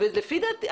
לפי דעתי,